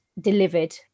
delivered